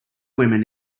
women